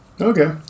okay